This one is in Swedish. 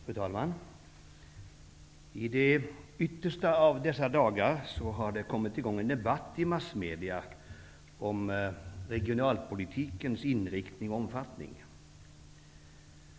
Fru talman! I de yttersta av dessa dagar har det kommit i gång en debatt i massmedierna om regionalpolitikens inriktning och omfattning.